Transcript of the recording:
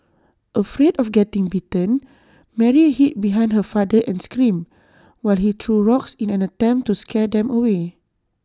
afraid of getting bitten Mary hid behind her father and screamed while he threw rocks in an attempt to scare them away